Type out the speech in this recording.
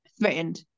threatened